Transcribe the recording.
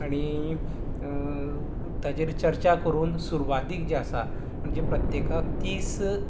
आनी ताजेर चर्चा करून सुरवातीक जें आसा म्हणजे प्रत्येकाक तीस